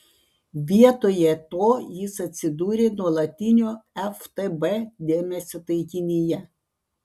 vietoje to jis atsidūrė nuolatinio ftb dėmesio taikinyje